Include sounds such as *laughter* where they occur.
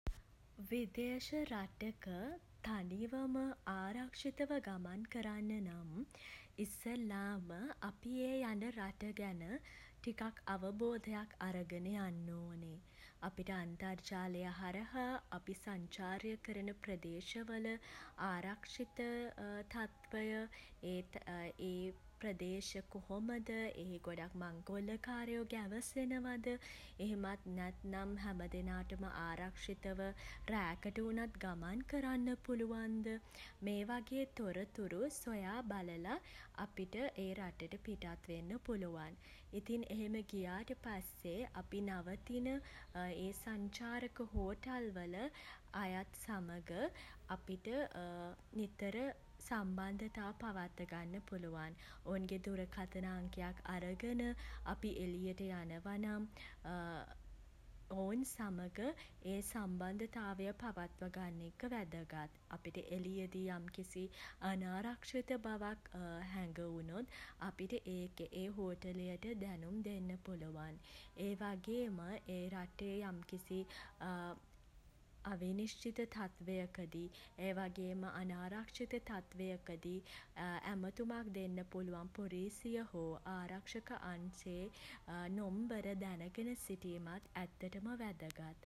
විදේශ රටක *hesitation* තනිවම *hesitation* ආරක්ෂිතව ගමන් කරන්න නම් *hesitation* ඉස්සෙල්ලාම *hesitation* අපි ඒ යන රට ගැන *hesitation* ටිකක් අවබෝධයක් අරගෙන යන්න ඕනෙ. අපිට අන්තර්ජාලය හරහා *hesitation* අපි සංචාරය කරන ප්‍රදේශවල *hesitation* ආරක්ෂිත *hesitation* තත්ත්වය *hesitation* ඒත් *hesitation* ඒ ප්‍රදේශ කොහොමද *hesitation* එහි ගොඩක් මංකොල්ලකාරයෝ ගැවසෙනවද *hesitation* එහෙමත් නැත්නම් *hesitation* හැමදෙනාටම ආරක්ෂිතව *hesitation* රෑකට වුණත් ගමන් කරන්න පුලුවන්ද *hesitation* මේ වගේ තොරතුරු සොයා බලලා *hesitation* අපිට ඒ රටට *hesitation* පිටත් වෙන්න පුළුවන්. ඉතින් එහෙම ගියාට පස්සේ *hesitation* අපි නවතින *hesitation* ඒ සංචාරක හෝටල්වල අයත් සමඟ *hesitation* අපිට *hesitation* නිතර *hesitation* සම්බන්ධතා පවත්වා ගන්න පුළුවන්. ඔවුන්ගේ දුරකථන අංකයක් අරගෙන *hesitation* අපි එළියට යනව නම් *hesitation* ඔවුන් සමඟ *hesitation* ඒ සම්බන්ධතාවය පවත්ව ගන්න එක වැදගත්. අපිට එළියෙදී යම්කිසි *hesitation* අනාරක්ෂිත බවක් හැඟ වුණොත් *hesitation* අපිට ඒක *hesitation* ඒ හෝටලයට දැනුම් දෙන්න පුළුවන්. ඒ වගේම *hesitation* ඒ රටේ යම්කිසි *hesitation* අවිනිශ්චිත තත්ත්වයකදී *hesitation* ඒ වගේම අනාරක්ෂිත තත්වයක දී *hesitation* ඇමතුමක් දෙන්න පුළුවන් *hesitation* පොලීසිය හෝ ආරක්ෂක අංශයේ නොම්බර දැනගෙන සිටීමත් ඇත්තටම වැදගත්.